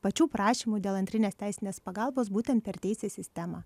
pačių prašymų dėl antrinės teisinės pagalbos būtent per teisės sistemą